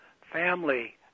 Family